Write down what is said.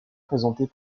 présentés